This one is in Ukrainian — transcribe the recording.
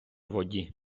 воді